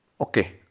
Okay